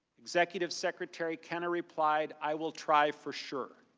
executive secretary kenna replied, i will try for sure.